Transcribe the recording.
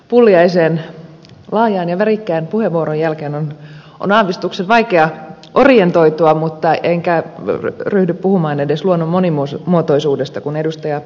pulliaisen laajan ja värikkään puheenvuoron jälkeen on aavistuksen vaikea orientoitua enkä edes ryhdy puhumaan luonnon monimuotoisuudesta kun ed